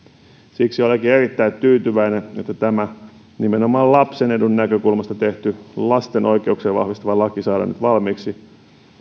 siksi olenkin erittäin tyytyväinen että tämä nimenomaan lapsen edun näkökulmasta tehty lasten oikeuksia vahvistava laki saadaan nyt valmiiksi